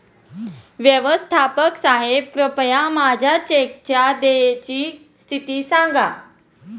व्यवस्थापक साहेब कृपया माझ्या चेकच्या देयची स्थिती सांगा